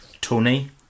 Tony